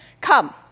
come